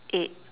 eight